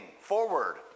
forward